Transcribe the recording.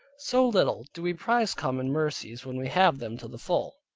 so little do we prize common mercies when we have them to the full.